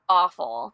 awful